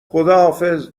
خداحافظ